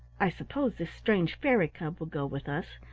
i suppose this strange fairy cub will go with us,